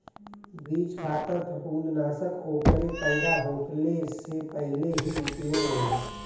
बीज खातिर फंफूदनाशक ओकरे पैदा होखले से पहिले ही उपयोग होला